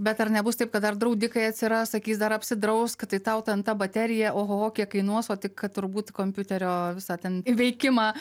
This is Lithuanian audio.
bet ar nebus taip kad dar draudikai atsiras akys dar apsidraust kad tai tau ten ta baterija oho kiek kainuos o tik kad turbūt kompiuterio visą ten veikimą